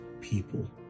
people